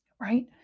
right